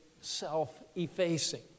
self-effacing